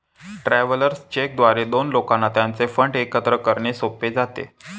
travellers cheque द्वारे दोन लोकांना त्यांचे फंड एकत्र करणे सोपे जाते